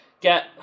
get